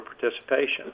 participation